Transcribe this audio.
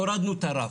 הורדנו את הרף.